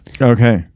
okay